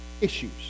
issues